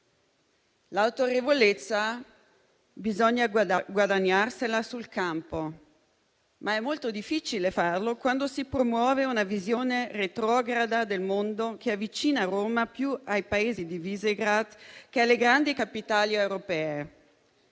L'autorevolezza bisogna guadagnarsela sul campo, ma è molto difficile farlo quando si promuove una visione retrograda del mondo, che avvicina Roma più ai Paesi di Visegrád che alle grandi capitali europee.